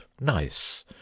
nice